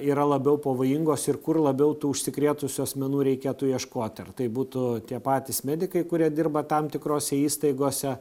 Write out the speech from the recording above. yra labiau pavojingos ir kur labiau tų užsikrėtusių asmenų reikėtų ieškoti ar tai būtų tie patys medikai kurie dirba tam tikrose įstaigose